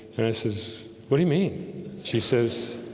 and i says what do you mean she says?